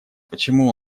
почему